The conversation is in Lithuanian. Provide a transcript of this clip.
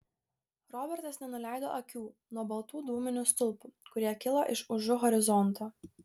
robertas nenuleido akių nuo baltų dūminių stulpų kurie kilo iš užu horizonto